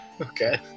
Okay